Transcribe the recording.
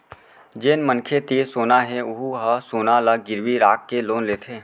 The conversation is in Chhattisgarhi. जेन मनखे तीर सोना हे वहूँ ह सोना ल गिरवी राखके लोन लेथे